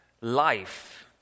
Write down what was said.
life